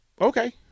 okay